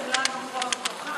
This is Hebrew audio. הבאתם לנו פה כוכב.